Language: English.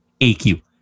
AQ